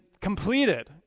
completed